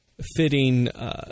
fitting